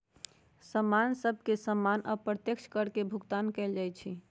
समान सभ पर सामान्य अप्रत्यक्ष कर के भुगतान कएल जाइ छइ